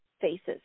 faces